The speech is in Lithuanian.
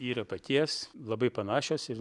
yra paties labai panašios ir